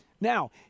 Now